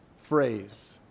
phrase